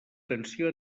tensió